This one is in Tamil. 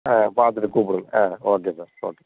ஆ பார்த்துட்டு கூப்பிடுங்க ஆ ஓகே சார் ஓகே